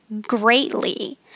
greatly